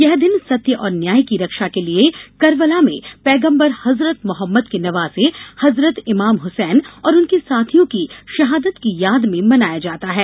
यह दिन सत्य और न्याय की रक्षा के लिये करबला में पैगम्बर हज़रत मोहम्मद के नवासे हज़रत इमाम हसैन और उनके साथियों की शहादत की याद में मनाया जाता है